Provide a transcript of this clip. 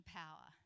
power